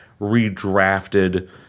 redrafted